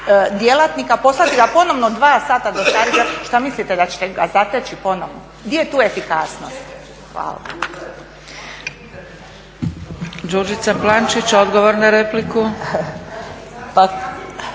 djelatnika i poslati ga ponovno dva sata do Starigrada, šta mislite da ćete ga zateći ponovo? Gdje je tu efikasnost. Hvala.